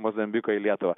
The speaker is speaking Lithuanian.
mozambiko į lietuvą